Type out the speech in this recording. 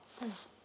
mm